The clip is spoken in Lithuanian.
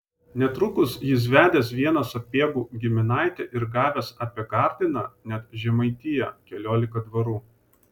netrukus jis vedęs vieną sapiegų giminaitę ir gavęs apie gardiną net žemaitiją keliolika dvarų